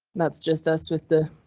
that's just us with the.